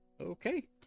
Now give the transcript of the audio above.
Okay